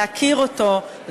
להכיר אותו,